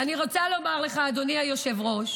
ואני רוצה לומר לך, אדוני היושב-ראש,